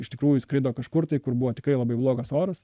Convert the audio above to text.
iš tikrųjų skrido kažkur tai kur buvo tikrai labai blogas oras